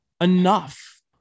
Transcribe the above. Enough